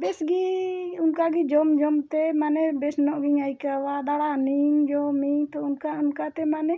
ᱵᱮᱥᱜᱮ ᱚᱱᱠᱟᱜᱮ ᱡᱚᱢ ᱡᱚᱢᱛᱮ ᱢᱟᱱᱮ ᱵᱮᱥ ᱧᱚᱜ ᱜᱤᱧ ᱟᱹᱭᱠᱟᱹᱣᱟ ᱫᱟᱬᱟ ᱱᱟᱹᱧ ᱡᱚᱢᱟᱹᱧ ᱛᱚ ᱚᱱᱠᱟ ᱚᱱᱠᱟᱛᱮ ᱢᱟᱱᱮ